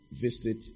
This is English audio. visit